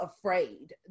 afraid